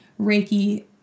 Reiki